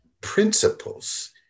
principles